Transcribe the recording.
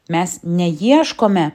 mes neieškome